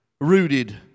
Rooted